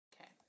Okay